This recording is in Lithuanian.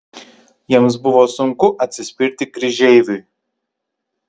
jiems buvo sunku atsispirti kryžeiviui